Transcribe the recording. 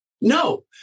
no